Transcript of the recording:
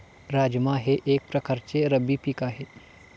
राजमा हे एक प्रकारचे रब्बी पीक आहे